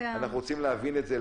אנחנו רוצים להבין את זה.